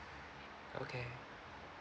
okay